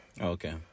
Okay